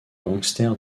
gangster